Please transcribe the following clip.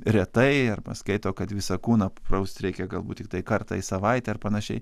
retai ar paskaito kad visą kūną praust reikia galbūt tiktai kartą į savaitę ar panašiai